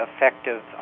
effective